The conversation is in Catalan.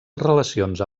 relacions